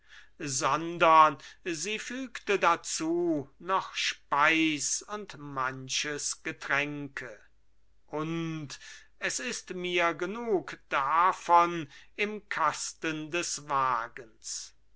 sondern sie fügte dazu noch speis und manches getränke und es ist mir genug davon im kasten des wagens